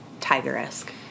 tiger-esque